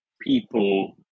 people